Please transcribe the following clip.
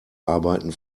arbeiten